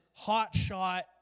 hotshot